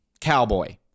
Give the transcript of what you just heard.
Cowboy